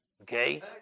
Okay